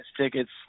tickets